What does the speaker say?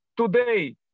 today